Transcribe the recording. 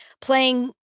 playing